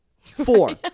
Four